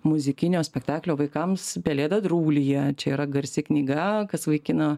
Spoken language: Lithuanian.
muzikinio spektaklio vaikams pelėda drūlyje čia yra garsi knyga kas vaikino